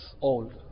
old